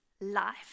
life